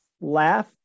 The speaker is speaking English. laugh